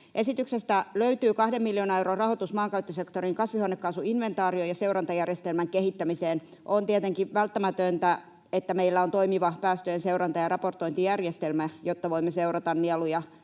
Esityksestä löytyy kahden miljoonan euron rahoitus maankäyttösektorin kasvihuonekaasuinventaarion ja seurantajärjestelmän kehittämiseen. On tietenkin välttämätöntä, että meillä on toimiva päästöjen seuranta‑ ja raportointijärjestelmä, jotta voimme seurata nieluja,